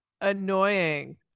annoying